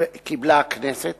שקיבלה הכנסת